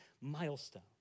milestone